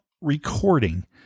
recording